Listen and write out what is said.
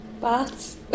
baths